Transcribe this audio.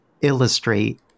illustrate